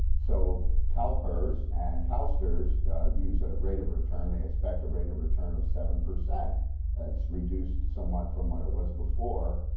so calpers and calstrs use a rate of return, they expect a rate of return of seven. and it's reduced somewhat from what it was before,